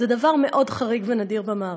זה דבר מאוד חריג ונדיר במערב.